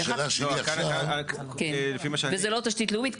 לא, לפי מה שאני --- וזה לא תשתית לאומית.